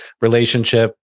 relationship